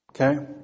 Okay